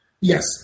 Yes